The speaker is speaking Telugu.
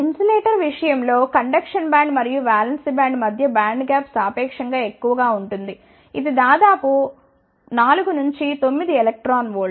ఇన్సులేటర్ విషయం లో కండక్షన్ బ్యాండ్ మరియు వాలెన్స్ బ్యాండ్ మధ్య బ్యాండ్ గ్యాప్ సాపేక్షం గా ఎక్కువగా ఉంటుంది ఇది దాదాపు 4 నుండి 9 eV